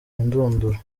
ndunduro